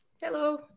Hello